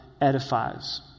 edifies